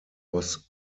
was